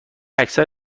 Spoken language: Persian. اکثر